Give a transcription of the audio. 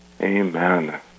Amen